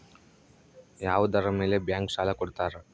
ಯಾವುದರ ಮೇಲೆ ಬ್ಯಾಂಕ್ ಸಾಲ ಕೊಡ್ತಾರ?